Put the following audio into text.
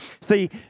see